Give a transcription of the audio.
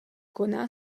koná